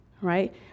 right